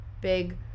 big